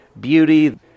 beauty